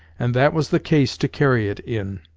and that was the case to carry it in.